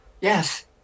Yes